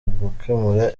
gukemura